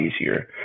easier